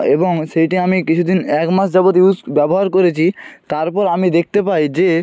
এবং সেইটি আমি কিছু দিন এক মাস যাবৎ ইউস ব্যবহার করেছি তারপর আমি দেখতে পাই যে